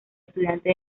estudiante